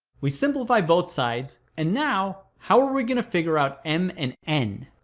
we simplify both sides, and now how are we going to figure out m and n?